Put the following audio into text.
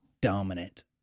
dominant